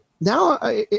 now